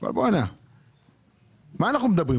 אבל על מה אנחנו מדברים?